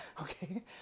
Okay